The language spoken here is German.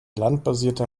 landbasierte